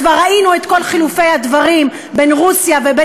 כבר ראינו את כל חילופי הדברים בין רוסיה לבין